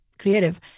creative